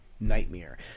nightmare